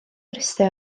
mryste